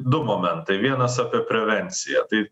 du momentai vienas apie prevenciją tai